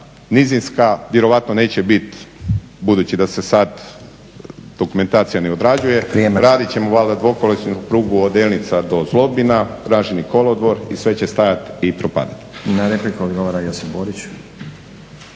nizinska, vjerojatno neće biti, budući da se sada dokumentacija ne odrađuje, radit ćemo valjda … prugu od Delnica do …, traženi kolodvor i sve će stajati i propadati.